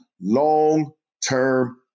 long-term